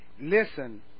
listen